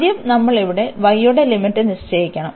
ആദ്യം നമ്മൾ ഇവിടെ y യുടെ ലിമിറ്റ് നിശ്ചയിക്കണം